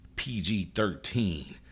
PG-13